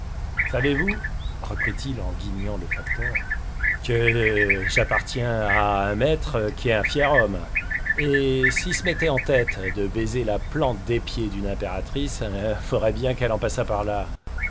savez-vous reprit-il en guignant le facteur que j'appartiens à un maître qui est un fier homme et s'il se mettait en tête de baiser la plante des pieds d'une impératrice il faudrait bien qu'elle en passât par là